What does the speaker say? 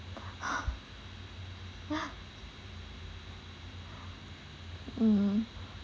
ha yeah mm